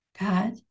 God